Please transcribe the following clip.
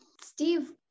Steve